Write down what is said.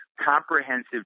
comprehensive